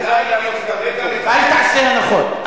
אל תעשה הנחות.